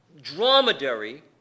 dromedary